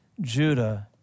Judah